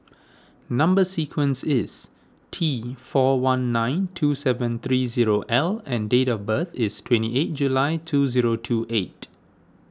Number Sequence is T four one nine two seven three zero L and date of birth is twenty eight July two zero two eight